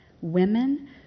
women